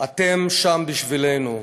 אתם שם בשבילנו,